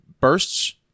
bursts